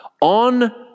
On